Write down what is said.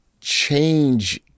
change